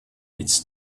its